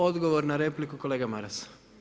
Odgovor na repliku kolega Maras.